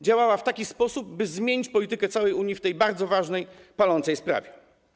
Działała w taki sposób, by zmienić politykę całej Unii w tej bardzo ważnej palącej sprawie.